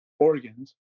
organs